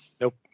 Nope